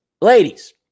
Ladies